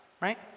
right